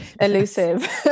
elusive